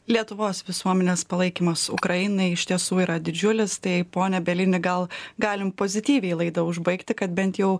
lietuvos visuomenės palaikymas ukrainai iš tiesų yra didžiulis tai pone bielini gal galim pozityviai laidą užbaigti kad bent jau